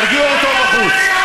תרגיעו אותו בחוץ.